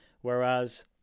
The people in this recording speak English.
Whereas